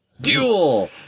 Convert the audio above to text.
Duel